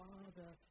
Father